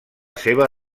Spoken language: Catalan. seva